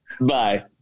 Bye